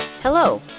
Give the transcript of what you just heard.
Hello